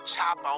Chop